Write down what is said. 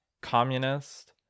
communist